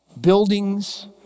Buildings